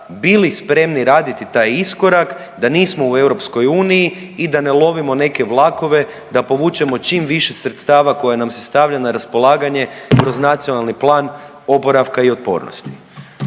bili spremni raditi taj iskorak da nismo u EU i da ne lovimo neke vlakove da povučemo čim više sredstava koji nam se stavlja na raspolaganje i kroz Nacionalni plan oporavka i otpornosti.